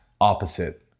opposite